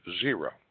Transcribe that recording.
zero